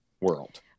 world